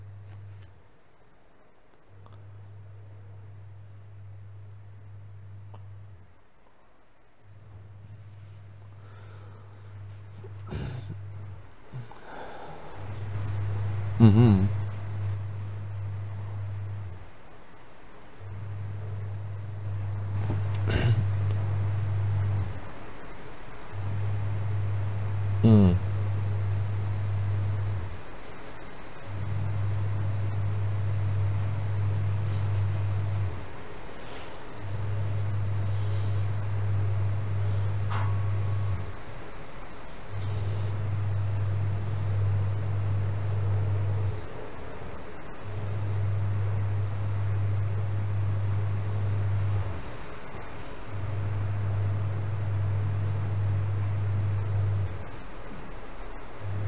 mmhmm mm